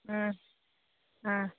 ꯎꯝ ꯑꯥ